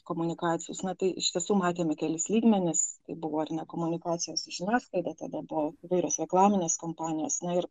komunikacijos na tai iš tiesų matėme kelis lygmenis tai buvo ar ne komunikacijos žiniasklaida tada buvau įvairios reklaminės kompanijos ir